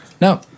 No